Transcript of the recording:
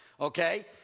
okay